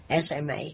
SMA